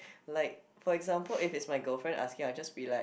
like for example if it's my girlfriend asking I'll just be like